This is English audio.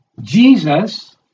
Jesus